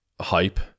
hype